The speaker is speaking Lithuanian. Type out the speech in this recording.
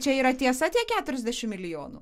čia yra tiesa tie keturiasdešim milijonų